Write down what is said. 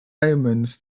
omens